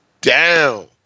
down